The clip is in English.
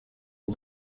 all